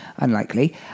unlikely